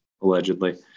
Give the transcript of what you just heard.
allegedly